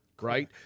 right